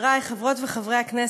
חברי חברות וחברי הכנסת,